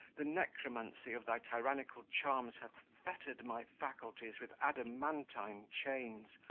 the necromancy of thy tyrannical charms hath fettered my faculties with adamantine chains,